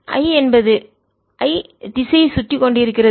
I என்பது I திசையைச் சுற்றிக் கொண்டிருக்கிறது